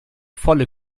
volle